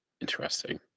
interesting